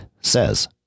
says